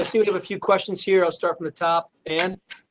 ah see we have a few questions here. i'll start from the top and.